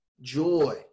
joy